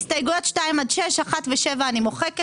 הסתייגויות 2 עד 6. את הסתייגויות 1 ו-7 אני מוחקת.